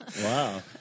Wow